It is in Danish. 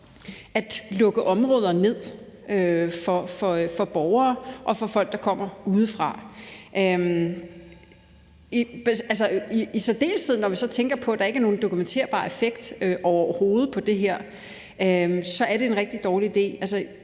at lukke områder ned for borgere og folk, der kommer udefra. I særdeleshed når vi så tænker på, at der ikke er nogen dokumenterbar effekt overhovedet på det her; det er en rigtig dårlig idé.